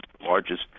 largest